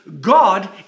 God